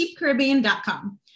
CheapCaribbean.com